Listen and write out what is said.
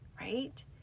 right